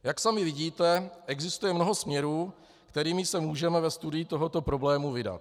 Jak sami vidíte, existuje mnoho směrů, kterými se můžeme ve studiu tohoto problému vydat.